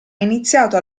iniziato